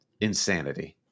insanity